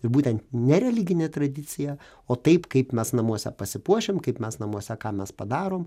ir būtent nereliginė tradicija o taip kaip mes namuose pasipuošiam kaip mes namuose ką mes padarom